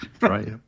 Right